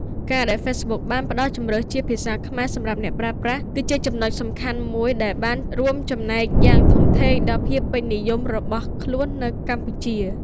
ការដែល Facebook បានផ្តល់ជម្រើសជា ភាសាខ្មែរ សម្រាប់អ្នកប្រើប្រាស់ គឺជាចំណុចសំខាន់មួយដែលបានរួមចំណែកយ៉ាងធំធេងដល់ភាពពេញនិយមរបស់ខ្លួននៅកម្ពុជា។